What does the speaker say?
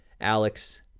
alex